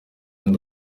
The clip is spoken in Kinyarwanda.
ndi